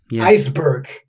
iceberg